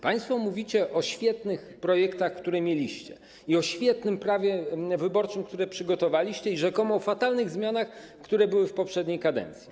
Państwo mówicie o świetnych projektach, które mieliście, o świetnym prawie wyborczym, które przygotowaliście, i o rzekomo fatalnych zmianach, które były w poprzedniej kadencji.